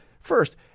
first